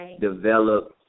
develop